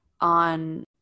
on